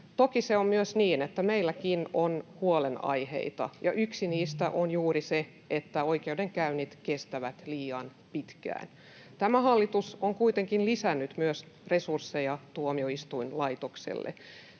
Toki on myös niin, että meilläkin on huolenaiheita, ja yksi niistä on juuri se, että oikeudenkäynnit kestävät liian pitkään. Tämä hallitus on kuitenkin lisännyt myös resursseja tuomioistuinlaitokselle,